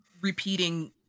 repeating